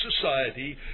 society